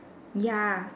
ya